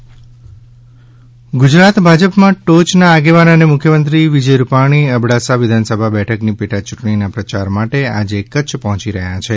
in Bhajap નેતાઓનો યૂંટણી પ્રવાસ ગુજરાત ભાજપમાં ટોચના આગેવાન અને મુખ્યમંત્રી વિજય રૂપાણી અબડાસા વિધાનસભા બેઠકની પેટા ચૂંટણીના પ્રચાર માટે આજે કચ્છ પહોચી રહ્યા છે